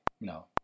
No